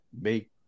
make